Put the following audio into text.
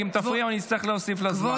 כי אם תפריעו אני אצטרך להוסיף לה זמן.